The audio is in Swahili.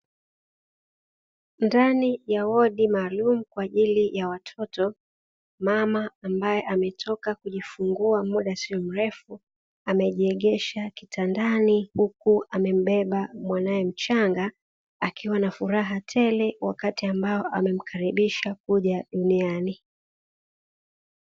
Ndani ya wodi maalumu kwa ajili ya watoto, Mama ambaye ametoka kujifungua muda sio mrefu, amejiegesha kitandani huku amembeba mwanae mchanga, akiwa na furaha tele wakati ambao amemkaribisha kuja duniani.